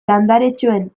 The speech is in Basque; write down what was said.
landaretxoen